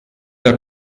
der